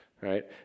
right